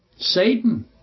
Satan